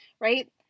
right